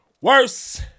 Worse